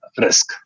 risk